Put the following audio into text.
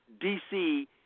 DC